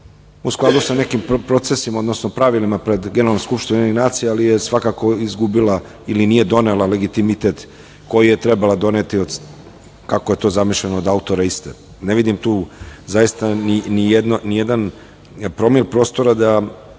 u skladu sa nekim procesima, odnosno pravilima pred Generalnom skupštinom UN, ali je svakako izgubila ili nije donela legitimitet koji je trebala doneti, kako je to zamišljeno od autora iste. Ne vidim tu nijedan promil prostora da